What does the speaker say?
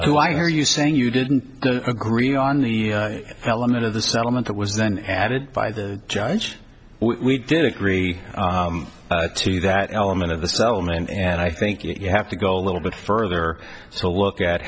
who are you saying you didn't agree on the element of the settlement that was then added by the judge we did agree to that element of the settlement and i think you have to go a little bit further so look at